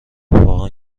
واقعا